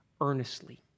earnestly